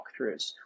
walkthroughs